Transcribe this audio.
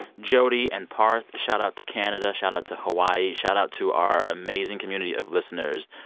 jody and parth. shoutout to canada. shoutout to hawaii. shoutout to our amazing community of listeners.